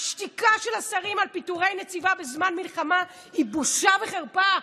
השתיקה של השרים על פיטורי נציבה בזמן מלחמה היא בושה וחרפה.